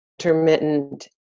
intermittent